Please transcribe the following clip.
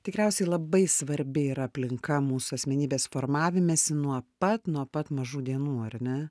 tikriausiai labai svarbi yra aplinka mūsų asmenybės formavimesi nuo pat nuo pat mažų dienų ar ne